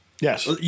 Yes